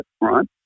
right